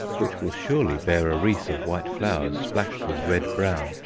which will surely bear a wreath of white flowers, splashed with red brown,